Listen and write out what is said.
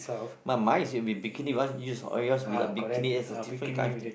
mine mine is in bikini ones you saw it yours with a bikini yes it's a different guy of there